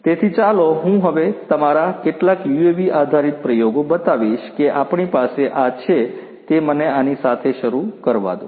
તેથી ચાલો હું હવે અમારા કેટલાક યુએવી આધારિત પ્રયોગો બતાવીશ કે આપણી પાસે આ છે તે મને આની સાથે શરૂ કરવા દો